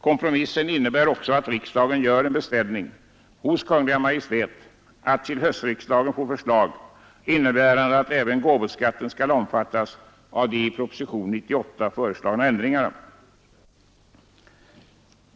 Kompromissen innebär också att riksdagen gör en beställning hos Kungl. Maj:t att till höstriksdagen få förslag som innebär att även gåvoskatten skall omfattas av de i propositionen 98 föreslagna ändringarna.